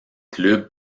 club